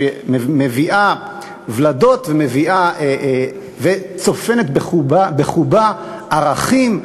שמביאה ולדות וצופנת בחובה ערכים.